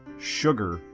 sugar,